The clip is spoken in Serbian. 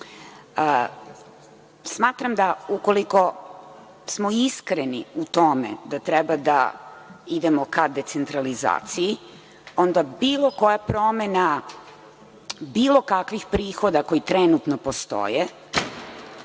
postoje. Smatram da ukoliko smo iskreni u tome da treba da idemo ka decentralizaciji onda bilo koja promena, bilo kakvih prihoda koji trenutno postoje,